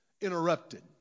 interrupted